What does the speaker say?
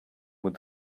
with